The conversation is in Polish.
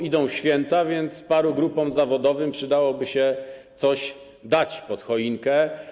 Idą święta, więc paru grupom zawodowym przydałoby się coś dać pod choinkę.